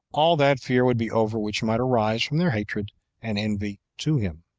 all that fear would be over which might arise from their hatred and envy to him.